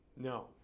No